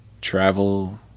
travel